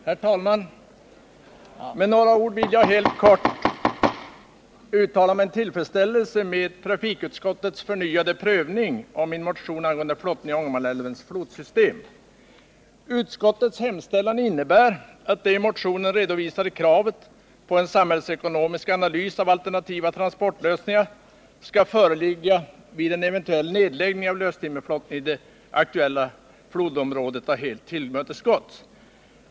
Herr talman! Med några ord vill jag helt kort uttala min tillfredsställelse med trafikutskottets förnyade prövning av min motion om flottningen i Ångermanälvens flodsystem. Utskottets hemställan innebär att det i motionen redovisade kravet på att en samhällsekonomisk analys av alternativa transportlösningar skall föreligga vid en eventuell nedläggning av löstimmerflottningen i det aktuella flodområdet helt har tillmötesgåtts.